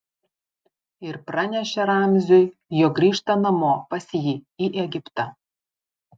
ir pranešė ramziui jog grįžta namo pas jį į egiptą